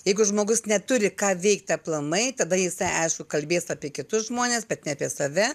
jeigu žmogus neturi ką veikti aplamai tada jisai aišku kalbės apie kitus žmones bet ne apie save